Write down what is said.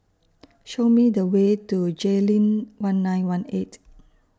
Show Me The Way to Jayleen one nine one eight